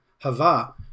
hava